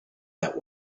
that